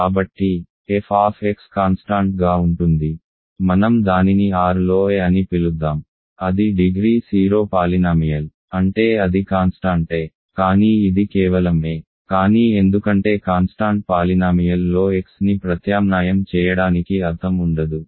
కాబట్టి f constant గా ఉంటుంది మనం దానిని R లో a అని పిలుద్దాం అది డిగ్రీ 0 పాలినామియల్ అంటే అది కాన్స్టాంట్ a కానీ ఇది కేవలం a కానీ ఎందుకంటే కాన్స్టాంట్ పాలినామియల్ లో xని ప్రత్యామ్నాయం చేయడానికి అర్థం ఉండదు